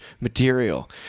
material